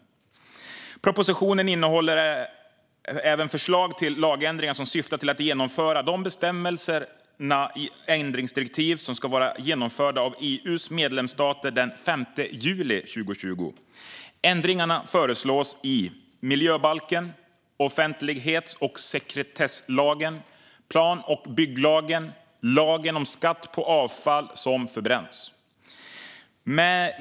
Propositionen innehåller även förslag till lagändringar som syftar till att genomföra de bestämmelser i ändringsdirektiven som ska vara genomförda av EU:s medlemsstater den 5 juli 2020. Ändringar föreslås i miljöbalken, offentlighets och sekretesslagen, plan och bygglagen samt lagen om skatt på avfall som förbränns.